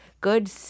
good